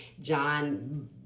John